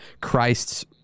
Christ's